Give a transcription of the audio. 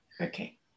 Okay